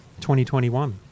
2021